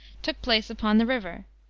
took place upon the river,